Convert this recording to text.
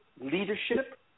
leadership